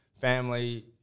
family